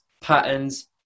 patterns